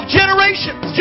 generations